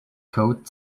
coat